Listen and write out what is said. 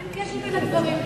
אין קשר בין הדברים,